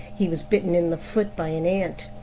he was bitten in the foot by an ant.